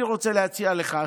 אני רוצה להציע לך,